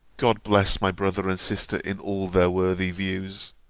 god bless my brother and sister in all their worthy views!